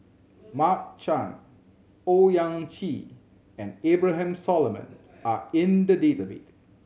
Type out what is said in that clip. Mark Chan Owyang Chi and Abraham Solomon are in the database